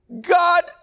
God